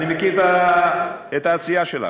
אני מכיר את העשייה שלך.